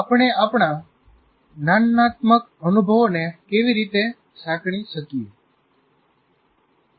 આપણે આપણા જ્ઞાનનાત્મક અનુભવોને કેવી રીતે સાંકળી શકીએ